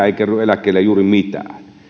ei kerry eläkettä juuri mitään